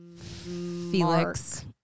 Felix